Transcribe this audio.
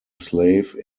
slave